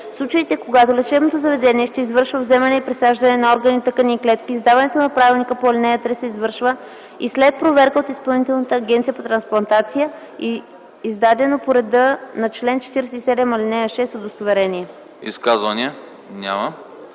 случаите, когато лечебното заведение ще извършва вземане и присаждане на органи, тъкани и клетки, издаването на правилника по ал. 3 се извършва и след проверка от Изпълнителната агенция по трансплантация и издадено по реда на чл. 47, ал. 6 удостоверение.”